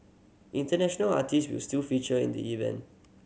international artists will still feature in the event